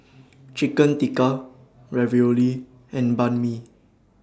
Chicken Tikka Ravioli and Banh MI